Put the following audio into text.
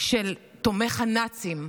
של תומך הנאצים,